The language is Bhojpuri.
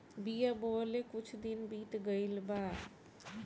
बिया बोवले कुछ दिन बीत गइल बा